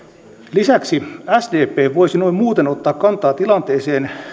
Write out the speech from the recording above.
lisäksi sdp voisi noin muuten ottaa kantaa tilanteeseen